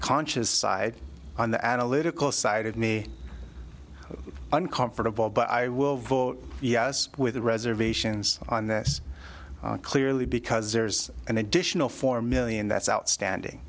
conscious side on the analytical side of me uncomfortable but i will vote yes with reservations on this clearly because there's an additional four million that's outstanding